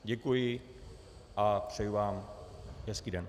Děkuji a přeji vám hezký den.